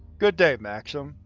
good day, maxim.